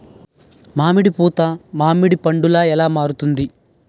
మామిడి పూత మామిడి పందుల ఎలా మారుతుంది?